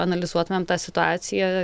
analizuotumėm tą situaciją